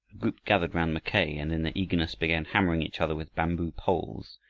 group gathered round mackay, and in their eagerness began hammering each other with bamboo poles.